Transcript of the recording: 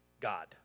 God